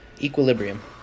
Equilibrium